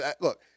Look